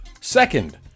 Second